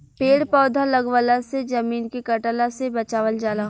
पेड़ पौधा लगवला से जमीन के कटला से बचावल जाला